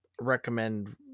recommend